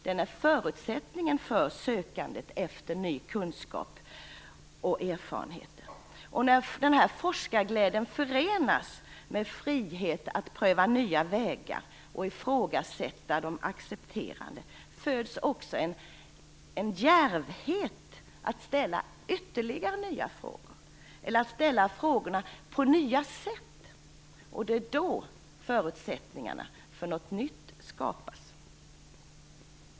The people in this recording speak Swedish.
Den är förutsättningen för sökandet efter ny kunskap och nya erfarenheter. När denna forskarglädje förenas med frihet att pröva nya vägar och ifrågasätta de accepterade föds också en djärvhet att ställa ytterligare nya frågor eller att ställa frågorna på nya sätt. Det är då som förutsättningarna för något nytt skapas.